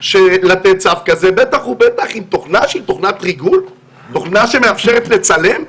של צו כזה, בטח ובטח עם תוכנת ריגול שמאפשרת לצלם.